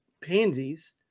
pansies